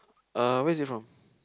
uh where is it from